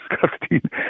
disgusting